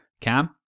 cam